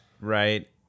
Right